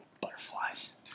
Butterflies